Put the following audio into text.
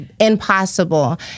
impossible